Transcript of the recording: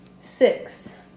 Six